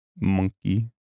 Monkey